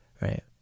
right